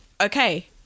okay